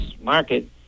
market